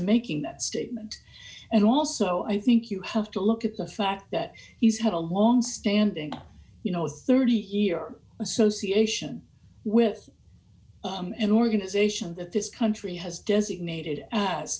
making that statement and also i think you have to look at the fact that he's had a longstanding you know a thirty year association with an organization that this country has designated as